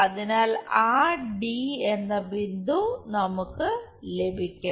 അതിനാൽ ആ എന്ന ബിന്ദു നമുക്ക് ലഭിക്കും